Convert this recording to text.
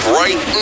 right